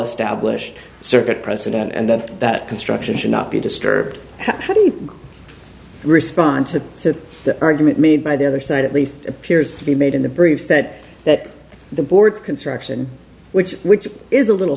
established circuit precedent and that that construction should not be disturbed how do you respond to the argument made by the other side at least appears to be made in the briefs that that the board's construction which which is a little